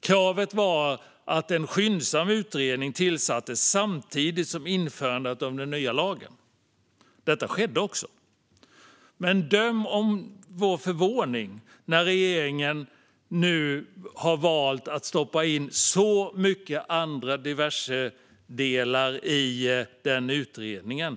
Kravet var att en skyndsam utredning tillsattes samtidigt med införandet av den nya lagen. Detta skedde också. Men döm om vår förvåning när regeringen nu har valt att stoppa in så mycket andra diversedelar i utredningen.